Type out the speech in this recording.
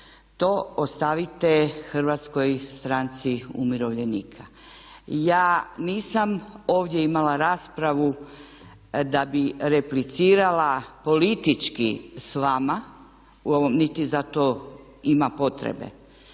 to ostavite Hrvatskoj stranci umirovljenika. Ja nisam ovdje imala raspravu da bi replicirala politički s vama niti za to ima potrebe.